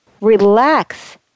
relax